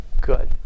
Good